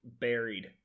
Buried